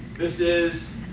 this is